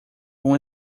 uma